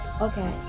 Okay